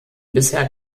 bisher